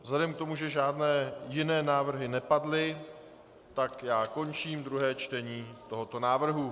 Vzhledem k tomu, že žádné jiné návrhy nepadly, končím druhé čtení tohoto návrhu.